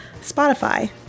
Spotify